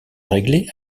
régler